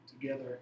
together